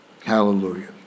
Hallelujah